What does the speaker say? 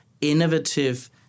innovative